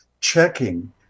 checking